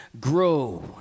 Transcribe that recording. grow